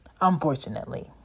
unfortunately